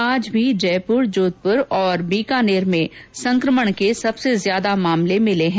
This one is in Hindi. आज भी जयपुर जोधपुर और बीकानेर में संक्रमण के सबसे ज्यादा मामले मिले है